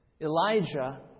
Elijah